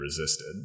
resisted